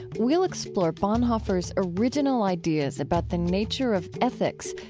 we'll explore bonhoeffer's original ideas about the nature of ethics,